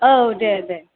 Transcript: औ दे दे